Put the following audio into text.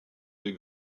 des